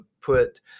put